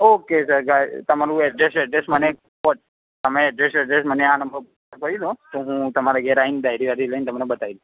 okay sir ગાય તમારું address address મને વોટ તમે એડ્રેસ એડ્રેસ મને આ નંબર પર વોટસપ કરી દો તો હું તમારા ઘેર આવી ને ડાયરી બાયરી લઇને તમને બતાવી દઈશ